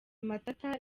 matata